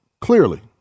Clearly